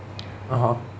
(uh huh)